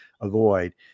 avoid